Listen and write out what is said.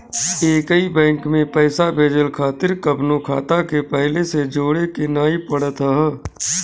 एकही बैंक में पईसा भेजला खातिर कवनो खाता के पहिले से जोड़े के नाइ पड़त हअ